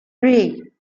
three